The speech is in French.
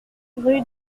rue